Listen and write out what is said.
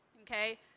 Okay